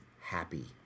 happy